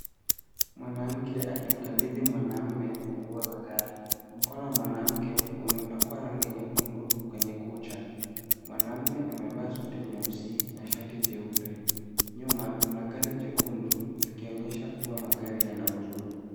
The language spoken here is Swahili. Mwanamke akimkabidhi mwanamume funguo za gari. Mkono wa mwanamke umepakwa rangi nyekundu kwenye kucha. Mwanaume amevaa suti nyeusi na shati jeupe. Nyuma kuna gari jekundu likionyesha kuwa magari yanauzwa.